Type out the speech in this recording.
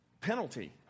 penalty